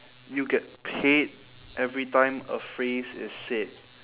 you get paid every time a phrase is said